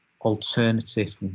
alternative